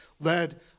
led